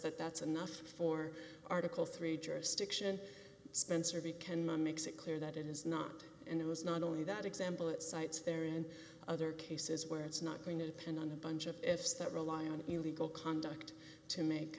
that that's enough for article three jurisdiction spencer of economics it clear that it is not and it was not only that example it cites there in other cases where it's not going to depend on a bunch of ifs that rely on illegal conduct to make